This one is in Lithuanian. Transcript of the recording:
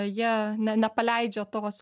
jie ne nepaleidžia tos